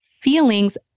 feelings